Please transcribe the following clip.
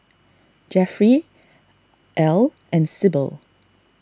Jeffry Al and Sybil